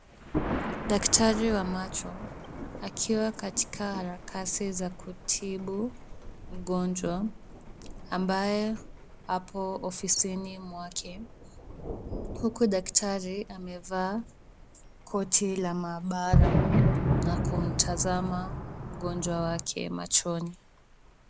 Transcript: Daktari wa macho, akiwa katika harakati za kutibu mgonjwa ambaye apo ofisini mwake, huku daktari amevaa koti la maabara na kumtazama mgonjwa wake machoni.